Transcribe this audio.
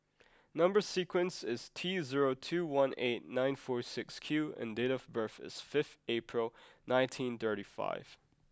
number sequence is T zero two one eight nine four six Q and date of birth is fifth April nineteen thirty five